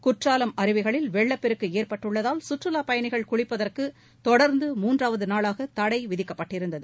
குற்றாலம் அருவிகளில் வெள்ளப்பெருக்கு ஏற்பட்டுள்ளதால் சுற்றுலாப் பயணிகள் குளிப்பதற்கு தொடர்ந்து மூன்றாவது நாளாக தடை விதிக்கப்பட்டிருந்தது